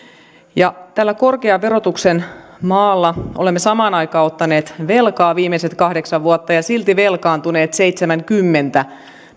tässä korkean verotuksen maassa olemme samaan aikaan ottaneet velkaa viimeiset kahdeksan vuotta ja silti velkaantuneet seitsemänkymmentä